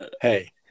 Hey